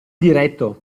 diretto